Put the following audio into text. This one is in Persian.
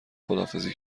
خداحافظی